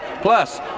Plus